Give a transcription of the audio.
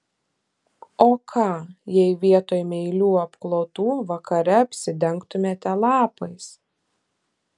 o ką jei vietoj meilių apklotų vakare apsidengtumėte lapais